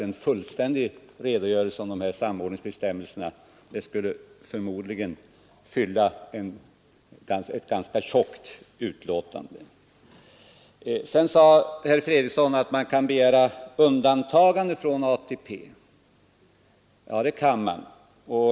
En fullständig redogörelse för samordningsbestämmelserna skulle förmodligen fylla ett ganska tjockt utlåtande. Sedan sade herr Fredriksson att man kan begära undantagande från ATP. Ja, det kan man.